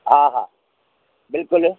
हा हा बिल्कुल